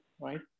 right